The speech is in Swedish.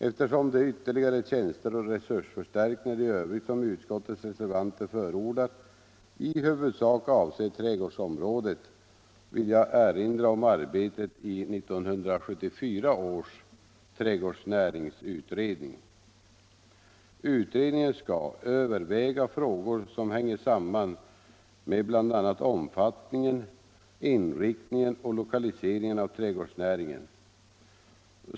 Eftersom de ytterligare tjänster och resursförstärkningar i övrigt som utskottets reservanter förordar i huvudsak avser trädgårdsområdet vill jag erinra om arbetet i 1974 års trädgårdsnäringsutredning. Utredningen skall överväga frågor som hänger samman med bl.a. omfattningen, inriktningen och lokaliseringen av trädgårdsnäringen.